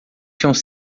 tinham